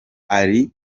ari